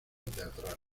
teatral